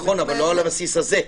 נכון, אבל לא על הבסיס הזה.